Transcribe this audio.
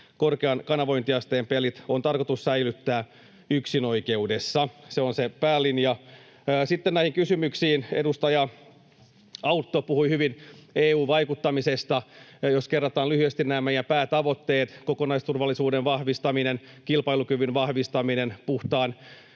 Korkean kanavointiasteen pelit on tarkoitus säilyttää yksinoikeudessa, se on se päälinja. Sitten näihin kysymyksiin: Edustaja Autto puhui hyvin EU-vaikuttamisesta. Kerrataan lyhyesti nämä meidän päätavoitteet: kokonaisturvallisuuden vahvistaminen, kilpailukyvyn vahvistaminen, puhtaan